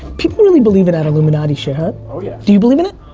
people really believe in that illuminati shit huh? oh yeah. do you believe in it?